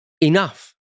enough